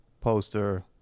poster